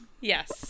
Yes